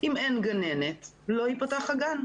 אם אין גננת, לא יפתח הגן.